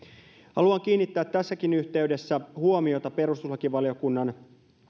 haluan kiinnittää tässäkin yhteydessä huomiota perustuslakivaliokunnan